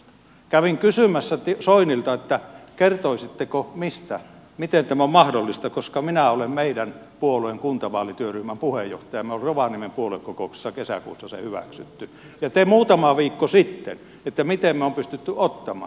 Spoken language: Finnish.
kävin kysymässä soinilta että kertoisitteko miten tämä on mahdollista koska minä olen meidän puolueen kuntavaalityöryhmän puheenjohtaja me olemme rovaniemen puoluekokouksessa kesäkuussa sen hyväksyneet ja te muutama viikko sitten niin että miten me olemme pystyneet sen ottamaan